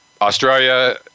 Australia